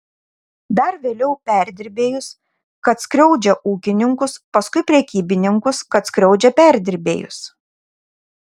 dar vėliau perdirbėjus kad skriaudžia ūkininkus paskui prekybininkus kad skriaudžia perdirbėjus